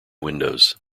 windows